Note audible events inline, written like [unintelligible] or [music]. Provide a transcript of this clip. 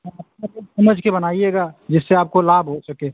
हाँ [unintelligible] समझ के बनाइएगा जिससे आपको लाभ हो सके